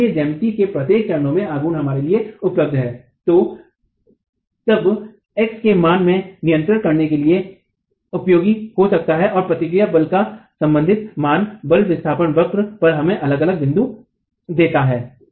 और इसलिए ज्यामिति से प्रत्येक चरण में आघूर्ण हमारे लिए उपलब्ध है जो तब x के मान में नियंत्रण करने के लिए उपयोगी हो सकता है और प्रतिक्रिया बल का संबंधित मान बल विस्थापन वक्र पर हमें अलग अलग बिंदु देता है